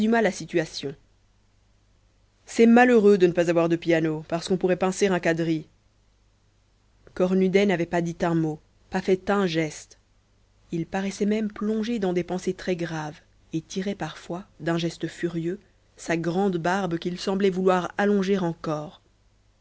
la situation c'est malheureux de ne pas avoir de piano parce qu'on pourrait pincer un quadrille cornudet n'avait pas dit un mot pas fait un geste il paraissait même plongé dans des pensées très graves et tirait parfois d'un geste furieux sa grande barbe qu'il semblait vouloir allonger encore